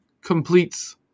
completes